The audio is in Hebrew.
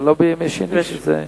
אבל לא בימי שני.